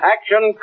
Action